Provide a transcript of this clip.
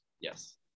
Yes